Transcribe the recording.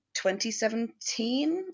2017